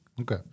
Okay